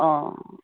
অঁ